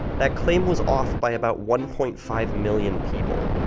that claim was off by about one point five million people.